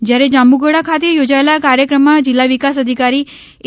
જ્યારે જાંબુઘોડા ખાતે યોજાયેલા કાર્યક્રમમાં જિલ્લા વિકાસ અધિકારી એ